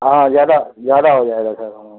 हाँ हाँ ज़्यादा ज़्यादा हो जाएगा सर हाँ